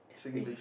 explain